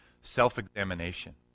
self-examination